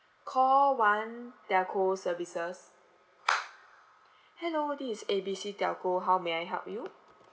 call one telco services hello this is A B C telco how may I help you